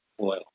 oil